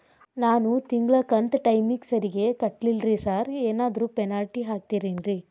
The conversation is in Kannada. ನಾನು ತಿಂಗ್ಳ ಕಂತ್ ಟೈಮಿಗ್ ಸರಿಗೆ ಕಟ್ಟಿಲ್ರಿ ಸಾರ್ ಏನಾದ್ರು ಪೆನಾಲ್ಟಿ ಹಾಕ್ತಿರೆನ್ರಿ?